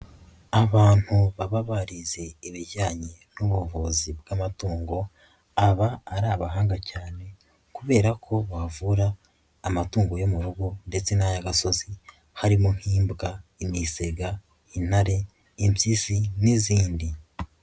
Abantu baba barize ibijyanye n'ubuvuzi bw'amatungo aba ari abahanga cyane kubera ko bavura amatungo yo mu rugo ndetse n'ay'agasozi harimo nk'imbwa, imisega, intare, impyisi n'izindi.